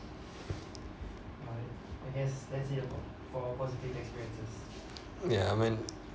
ya I mean